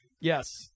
Yes